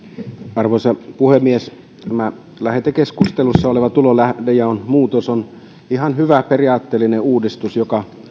arvoisa puhemies tämä lähetekeskustelussa oleva tulolähdejaon muutos on ihan hyvä periaatteellinen uudistus joka